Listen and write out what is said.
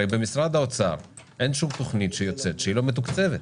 הרי במשרד האוצר אין שום תוכנית שיוצאת שהיא לא מתוקצבת.